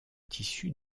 tissu